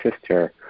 sister